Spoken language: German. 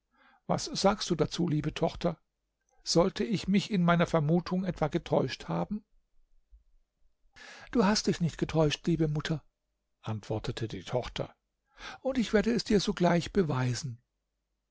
was sagst du dazu liebe tochter sollte ich mich in meiner vermutung etwa getäuscht haben du hast dich nicht getäuscht liebe mutter antwortete die tochter und ich werde es dir sogleich beweisen